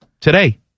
today